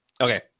Okay